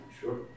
Sure